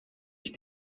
ich